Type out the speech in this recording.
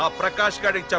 ah prakash, but